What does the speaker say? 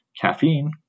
caffeine